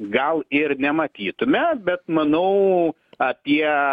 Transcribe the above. gal ir nematytume bet manau apie